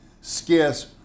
scarce